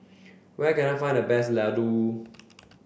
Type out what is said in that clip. where can I find the best Laddu